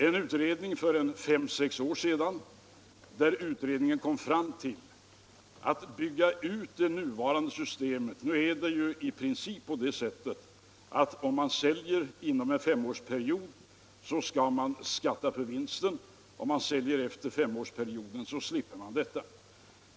En utredning för fem sex år sedan kom fram till att man skulle bibehålla det nuvarande systemet. Nu är det ju i princip på det sättet att om man säljer inom en femårsperiod skall man skatta för vinsten; om man säljer efter femårsperioden slipper man detta.